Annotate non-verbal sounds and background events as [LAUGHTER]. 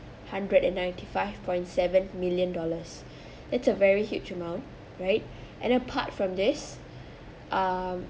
hundred and ninety five point seven million dollars [BREATH] it's a very huge amount right and apart from this um